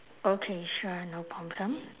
okay sure no problem